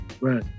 right